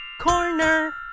Corner